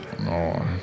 No